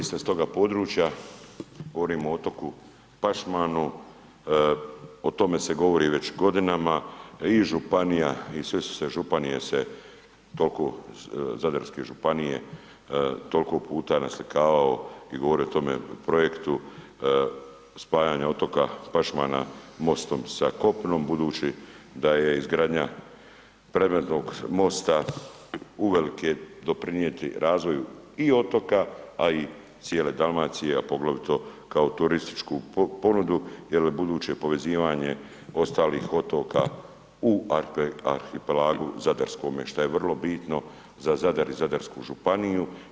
Evo vi ste s toga područja, govorimo o otoku Pašmanu, o tome se govori već godinama i županija i sve su se županije u toku Zadarske županije toliko puta naslikavao i govorio o tome projektu, spajanja otoka Pašmana mostom sa kopnom budući da je izgradnja ... mosta uvelike doprinijeti razvoju i otoka a i cijele Dalmacije a poglavito kao turističku ponudu jer budući je povezivanje ostalih otoka u arhipelagu zadarskome šta je vrlo bitno za Zadar i Zadarsku županiju.